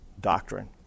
doctrine